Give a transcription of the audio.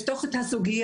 לפתוח את הסוגיה,